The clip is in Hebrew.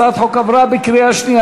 הצעת החוק עברה בקריאה שנייה.